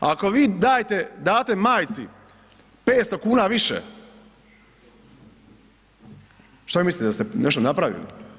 Ako vi date majci 500 kuna više, šta vi mislite da ste nešto napravili.